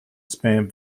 spam